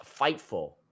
Fightful